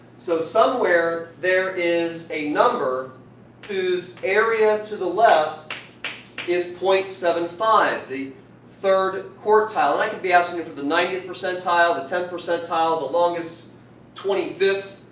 so somewhere there is a number whose area to the left is point seven five, the third quartile. i could be asking you for the ninetieth percentile, the tenth percentile, the longest twenty